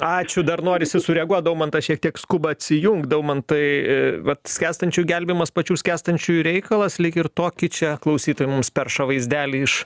ačiū dar norisi sureaguot daumantas šiek tiek skuba atsijungt daumantai vat skęstančių gelbėjimas pačių skęstančiųjų reikalas lyg ir tokį čia klausytoja mums perša vaizdelį iš